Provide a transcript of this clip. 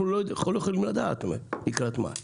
אנחנו לא יכולים לדעת לקראת מה.